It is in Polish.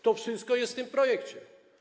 To wszystko jest w tym projekcie.